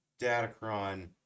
Datacron